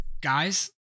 Guys